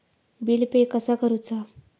Bill pay कसा करुचा?